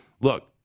look